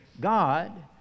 God